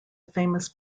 famous